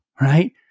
right